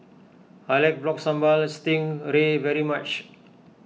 I like Rock Sambal Sting Bray very much